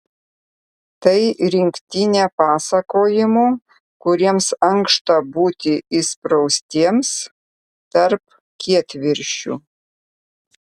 tai rinktinė pasakojimų kuriems ankšta būti įspraustiems tarp kietviršių